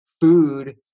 food